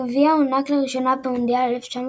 הגביע הוענק לראשונה במונדיאל 1974.